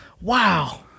Wow